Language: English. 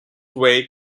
way